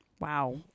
Wow